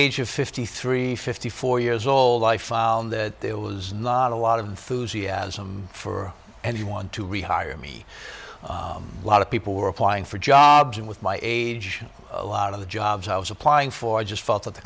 age of fifty three fifty four years old i found that there was not a lot of enthusiasm for anyone to rehire me a lot of people were applying for jobs and with my age a lot of the jobs i was applying for just felt that the